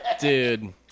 dude